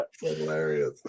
Hilarious